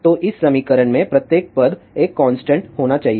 तो इस समीकरण में प्रत्येक पद एक कांस्टेंट होना चाहिए